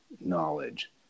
knowledge